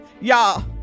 Y'all